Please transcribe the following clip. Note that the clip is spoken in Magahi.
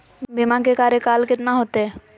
बीमा के कार्यकाल कितना होते?